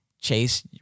chase